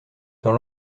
dans